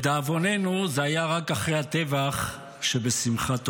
לדאבוננו, זה היה רק אחרי הטבח שבשמחת תורה.